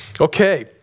Okay